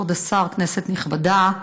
כבוד השר, כנסת נכבדה,